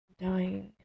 dying